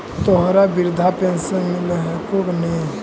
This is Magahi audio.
तोहरा वृद्धा पेंशन मिलहको ने?